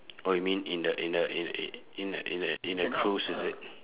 oh you mean in the in the in in in a in a in a cruise is it